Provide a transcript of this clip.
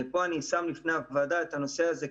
אני שם לפני הוועדה את הנושא הזה,